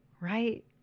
right